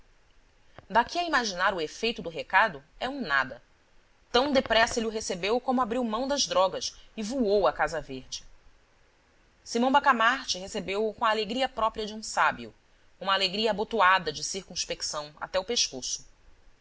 daqui a imaginar o efeito do recado é um nada tão depressa ele o recebeu como abriu mão das drogas e voou à casa verde simão bacamarte recebeu-o com a alegria própria de um sábio uma alegria abotoada de circunspeção até o pescoço